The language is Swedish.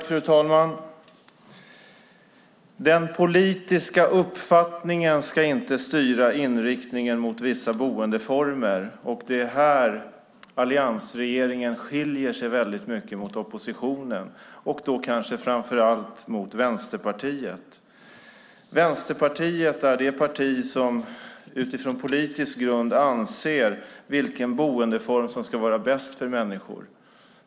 Fru talman! Den politiska uppfattningen ska inte styra den bostadspolitiska inriktningen mot vissa boendeformer. Det är här alliansregeringen skiljer sig mycket från oppositionen, och då kanske framför allt Vänsterpartiet. Vänsterpartiet är det parti som utifrån politisk grund anser sig veta vilken boendeform som ska vara bäst för människor.